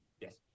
Yes